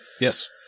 Yes